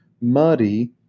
muddy